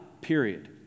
period